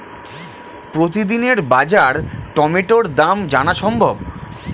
প্রতিদিনের বাজার টমেটোর দাম জানা সম্ভব?